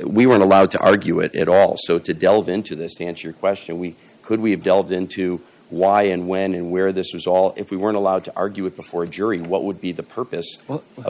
we were allowed to argue it at all so to delve into this to answer your question we could we have delved into why and when and where this was all if we weren't allowed to argue it before a jury what would be the purpose of